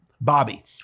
Bobby